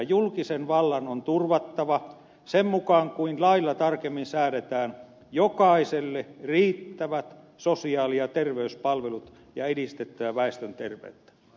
julkisen vallan on turvattava sen mukaan kuin lailla tarkemmin säädetään jokaiselle riittävät sosiaali ja terveyspalvelut ja edistettävä väestön terveyttä